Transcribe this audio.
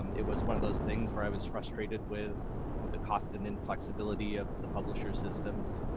um it was one of those things where i was frustrated with the cost and inflexibility of the publisher systems.